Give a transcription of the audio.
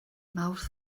mawrth